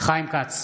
חיים כץ,